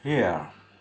সেইয়া